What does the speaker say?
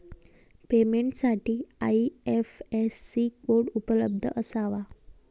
पेमेंटसाठी IFSC code उपलब्ध असावा